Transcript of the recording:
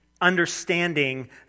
understanding